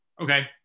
okay